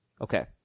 Okay